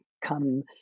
come